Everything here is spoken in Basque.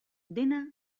dena